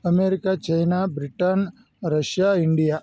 America China Britain Russia India